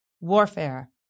warfare